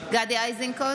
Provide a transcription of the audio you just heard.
גדי איזנקוט,